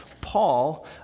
Paul